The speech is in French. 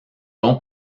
bon